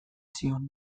zion